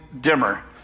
dimmer